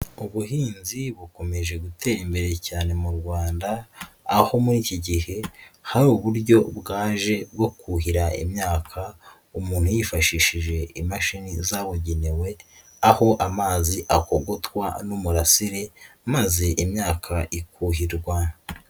Ubuhinzi bukomeje gutera imbere cyane mu Rwanda, aho muri iki gihe hari uburyo bwaje bwo kuhira imyaka umuntu yifashishije imashini zabugenewe, aho amazi akogotwa n'umurasire maze imyaka ikuhirwa.